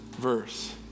verse